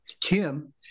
Kim